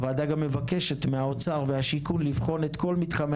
הוועדה גם מבקשת מהאוצר והשיכון לבחון את כל מתחמי